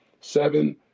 seven